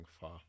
far